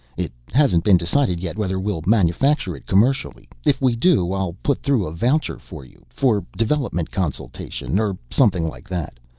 it hasn't been decided yet whether we'll manufacture it commercially. if we do, i'll put through a voucher for you for development consultation or something like that.